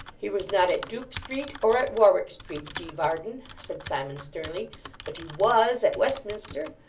he was not at duke street, or at warwick street, g. varden said simon, sternly but he was at westminster.